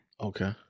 Okay